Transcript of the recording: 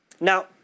Now